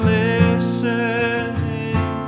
listening